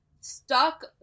stuck